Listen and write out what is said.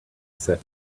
said